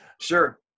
Sure